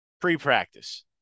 pre-practice